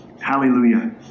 Hallelujah